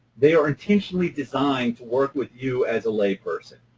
they are intentionally designed to work with you as a layperson,